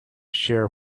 share